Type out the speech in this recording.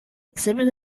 exhibit